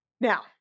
Now